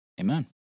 Amen